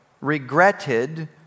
regretted